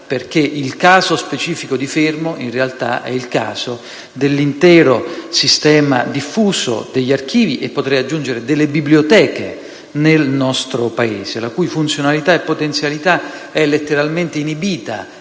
il caso specifico di Fermo è in realtà il caso dell'intero sistema diffuso degli archivi e - potrei aggiungere - delle biblioteche nel nostro Paese, le cui funzionalità e potenzialità sono letteralmente inibite